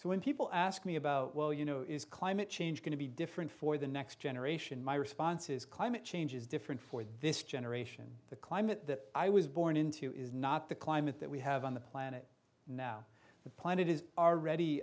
so when people ask me about well you know is climate change going to be different for the next generation my response is climate change is different for this generation the climate i was born into is not the climate that we have on the planet now the planet is already